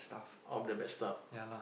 all the bad stuffs